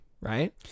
right